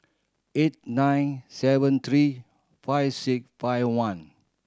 eight nine seven three five six five one